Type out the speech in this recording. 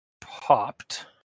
popped